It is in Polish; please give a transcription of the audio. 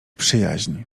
przyjaźń